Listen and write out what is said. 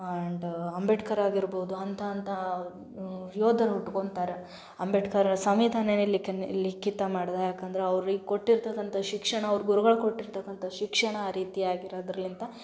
and Ambedkar ಆಗಿರ್ಬೋದು ಅಂತಂತ ಯೋಧರ ಹುಟ್ಕೊಳ್ತಾರೆ ಅಂಬೇಡ್ಕರ್ ಸಂವಿಧಾನ ಲಿಖಿತ ಮಾಡ್ದೆ ಯಾಕಂದ್ರೆ ಅವ್ರಿಗೆ ಕೊಟ್ಟಿರ್ತದಂತ ಶಿಕ್ಷಣ ಅವ್ರ ಗುರುಗಳು ಕೊಟ್ಟಿರ್ತಕ್ಕಂಥ ಶಿಕ್ಷಣ ಆ ರೀತ್ಯಾಗ ಇರೋದ್ರಲ್ಲಿಂದ